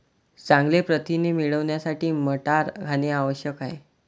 चांगले प्रथिने मिळवण्यासाठी मटार खाणे आवश्यक आहे